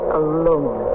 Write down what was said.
alone